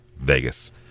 Vegas